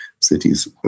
cities